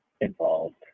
involved